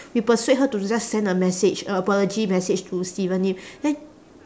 we persuade her to just send a message a apology message to steven lim then